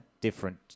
different